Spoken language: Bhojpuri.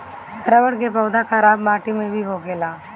रबड़ के पौधा खराब माटी में भी होखेला